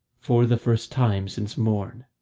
for the first time since morn.